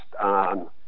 on